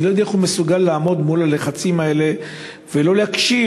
אני לא יודע איך הוא מסוגל לעמוד מול הלחצים האלה ולא להקשיב,